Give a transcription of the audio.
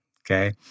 okay